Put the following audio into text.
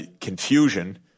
confusion